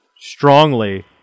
strongly